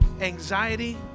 anxiety